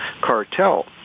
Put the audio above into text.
cartel